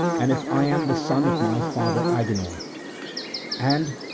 and if i am the son of my father agenor and,